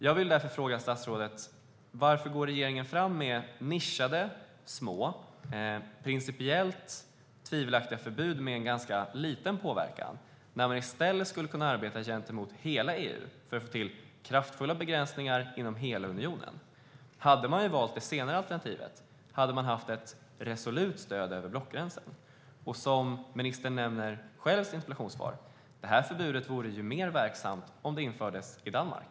Jag vill därför fråga statsrådet: Varför går regeringen fram med nischade, små och principiellt tvivelaktiga förbud med ganska liten påverkan när man i stället skulle kunna arbeta gentemot hela EU för att få till kraftfulla begränsningar inom hela unionen? Skulle man ha valt det senare alternativet hade man haft ett resolut stöd över blockgränsen. Som ministern själv nämner i sitt interpellationssvar vore det här förbudet mer verksamt om det infördes i Danmark.